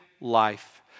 life